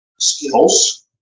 skills